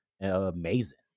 amazing